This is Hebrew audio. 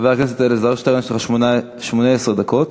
חבר הכנסת אלעזר שטרן, יש לך 18 דקות,